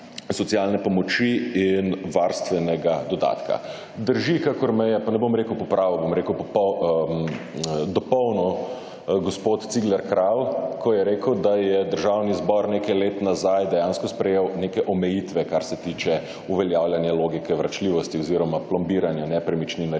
(nadaljevanje) in varstvenega dodatka. Drži, kakor me je, pa ne bom rekel popravil, bom rekel dopolnil, gospod Cigler Kralj, ko je rekel, da je Državni zbor nekaj let nazaj dejansko sprejel neke omejitve, kar se tiče uveljavljanja logike »vračljivosti« oziroma plombiranja nepremičnin revnim